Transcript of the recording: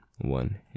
One